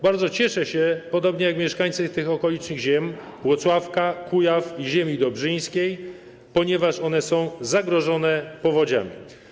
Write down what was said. Bardzo cieszę się, podobnie jak mieszkańcy tych okolicznych ziem, Włocławka, Kujaw i ziemi dobrzyńskiej, ponieważ one są zagrożone powodziami.